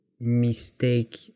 mistake